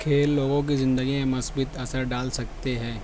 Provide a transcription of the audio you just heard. کھیل لوگوں کی زندگی میں مثبت اثر ڈال سکتے ہیں